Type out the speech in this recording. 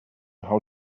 how